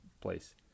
place